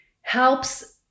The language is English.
helps